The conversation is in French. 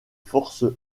forces